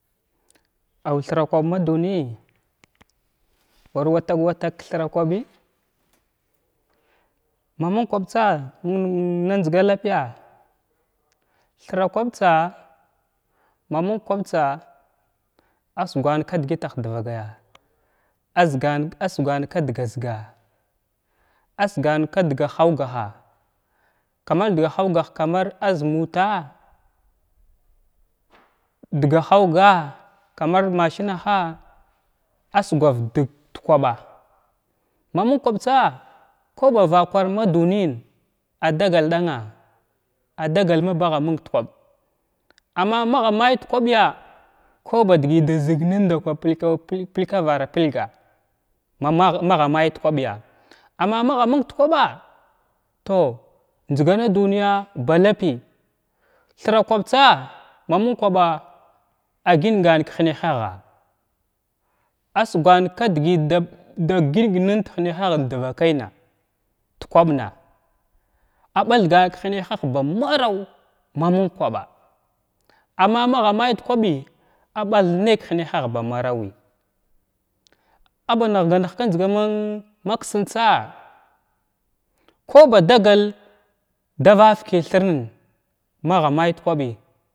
Aw thira kwab maduniya warwatag wa tag thira kwabi ma məng kwabtsa məng mən najzga lapiya thira kwabtsa ma məng karabtsa asgwan k-dəgətah davakaya azgan adgwan k-dəgata zəgala asgwan k-dəga hawgaha kamar dəga hawgaha kamar az muta dəga hawga’a mar masinaha rdgwar dən dakwaɓa ma məng lawabtsa kow bavakwar maduniyən adagal ɗangwa adagal maha məng da kwaɓa amma magha may da kwaɓya kow ba daga da zunən ɗakwa pilkawa pilg pilkavara pilga mah maha may da kwaɓya amma magha məng da kwaɓa tow njzgana duniya ba lapiy thra kwaɓtsa ma məng kwaɓa a gingan ka hənahagha asgwan kadgi daɓ da gingŋn da hənahchən davakayna da kwaɓna a ɓathgan ka həna ha hən ba maraw ma məng kwaɓa amma magha may da kwaɓi a ɓath nay ki hanahah ba marawi agha ba nəgh ga nəgh ga nəgh ka njzgam maksəntsa ko ba dagal davakən thirnən magha may da kwaɓi.